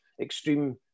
extreme